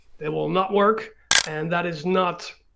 they will not work and that is not,